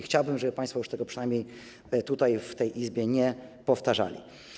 Chciałbym, żeby państwo już tego przynajmniej tutaj, w tej Izbie nie powtarzali.